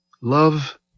Love